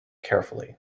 carefully